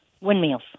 windmills